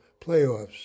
playoffs